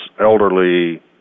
elderly